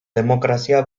demokrazia